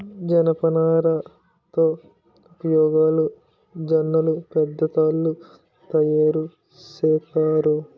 జనపనార తో ఉయ్యేలలు సజ్జలు పెద్ద తాళ్లు తయేరు సేత్తారు